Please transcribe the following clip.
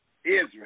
Israel